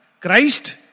Christ